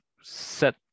set